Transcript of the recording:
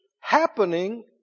happening